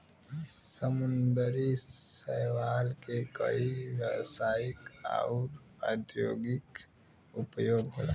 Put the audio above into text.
समुंदरी शैवाल के कई व्यवसायिक आउर औद्योगिक उपयोग होला